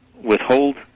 withhold